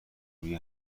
روی